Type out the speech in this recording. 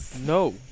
No